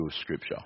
Scripture